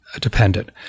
dependent